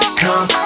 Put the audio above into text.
come